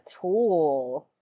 tool